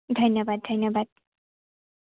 ধন্যবাদ ধন্যবাদ